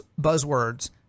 buzzwords